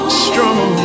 strong